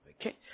Okay